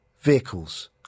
vehicles